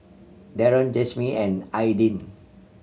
Daron Jimmie and Aidyn